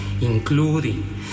including